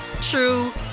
true